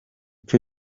cyo